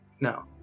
No